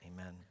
Amen